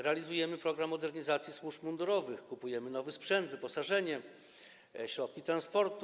Realizujemy program modernizacji służb mundurowych, kupujemy nowy sprzęt, wyposażenie, środki transportu.